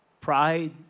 pride